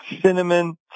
cinnamon